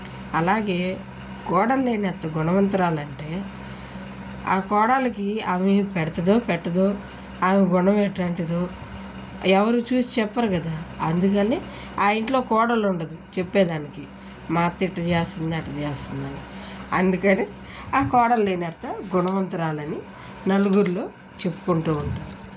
అలాగే కోడల్లేని అత్త గుణవంతురాలంటే ఆ కోడలికి అమె పెడుతుందో పెట్టదో ఆమె గుణమెలాంటిదో ఎవరూ చూసి చెప్పరు కదా అందుకని ఆ ఇంట్లో కోడలు ఉండదు చెప్పేదానికి మా అత్త ఇలా చేస్తుంది అలా చేస్తుందని అందుకని ఆ కోడలు లేని అత్త గుణవంతురాలని నలుగురిలో చెప్పుకుంటూ ఉంటారు